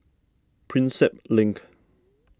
Prinsep Link